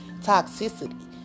Toxicity